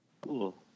Cool